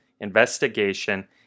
investigation